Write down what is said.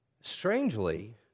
Strangely